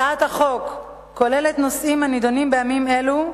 הצעת החוק כוללת נושאים הנדונים בימים אלו,